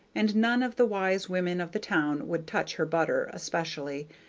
and none of the wise women of the town would touch her butter especially,